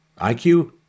iq